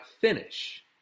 finish